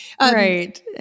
Right